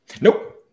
Nope